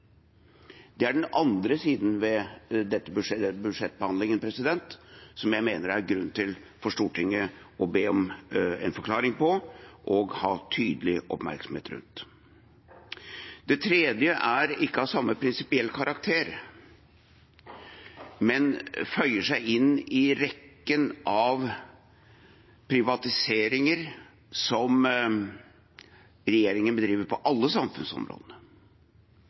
Det er den andre siden ved denne budsjettbehandlingen som jeg mener det er grunn for Stortinget til å be om en forklaring på og ha tydelig oppmerksomhet rundt. Det tredje er ikke av samme prinsipielle karakter, men føyer seg inn i rekken av privatiseringer som regjeringen driver med på alle